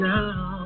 Now